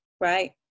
right